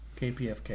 KPFK